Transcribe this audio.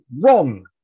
wrong